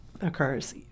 occurs